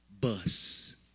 bus